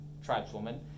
tribeswoman